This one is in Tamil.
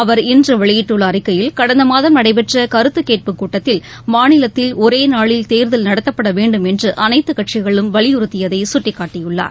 அவர் இன்று வெளியிட்டுள்ள அறிக்கையில் கடந்த மாதம் நடைபெற்ற கருத்துக் கேட்புக் கூட்டத்தில் மாநிலத்தில் ஒரே நாளில் தேர்தல் நடத்தப்பட வேண்டும் என்று அனைத்து கட்சிகளும் வலியுறத்தியதை சுட்டிக்காட்டியுள்ளார்